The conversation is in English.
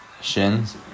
shins